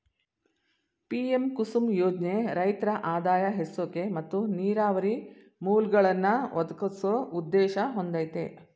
PM Kusum ಯೋಜ್ನೆ ರೈತ್ರ ಆದಾಯ ಹೆಚ್ಸೋಕೆ ಮತ್ತು ನೀರಾವರಿ ಮೂಲ್ಗಳನ್ನಾ ಒದಗ್ಸೋ ಉದ್ದೇಶ ಹೊಂದಯ್ತೆ